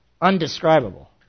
undescribable